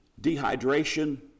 dehydration